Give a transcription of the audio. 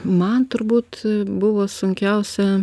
man turbūt buvo sunkiausia